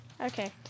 Okay